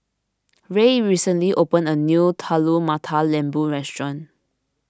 Ray recently opened a new Telur Mata Lembu restaurant